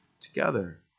together